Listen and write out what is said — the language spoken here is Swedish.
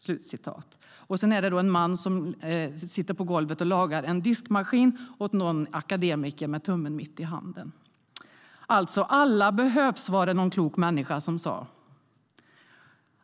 Alltså behövs alla, som någon klok människa sa.